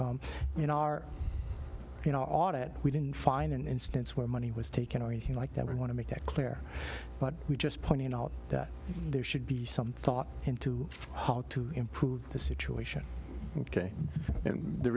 know or you know audit we didn't find an instance where money was taken or anything like that we want to make that clear but we just pointing out that there should be some thought into how to improve the situation ok and the